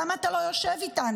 למה אתה לא יושב איתנו?